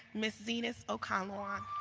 ms. zenas okonlawon.